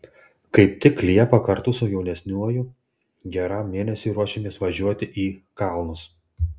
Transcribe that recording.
kaip tik liepą kartu su jaunesniuoju geram mėnesiui ruošiamės važiuoti į kalnus